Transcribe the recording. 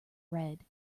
red